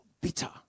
Bitter